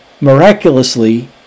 miraculously